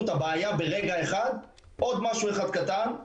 את הבעיה ברגע אחד עוד משהו אחד קטן,